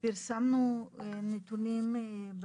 פרסמנו נתונים על